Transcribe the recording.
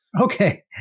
Okay